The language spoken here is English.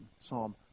Psalm